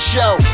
Show